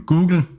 Google